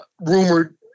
rumored